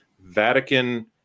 vatican